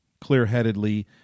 clear-headedly